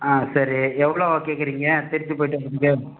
ஆ சரி எவ்வளோ கேட்குறீங்க திருச்சி போய்விட்டு வரதுக்கு